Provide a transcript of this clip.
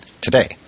today